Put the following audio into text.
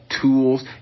tools